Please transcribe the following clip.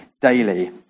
daily